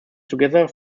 together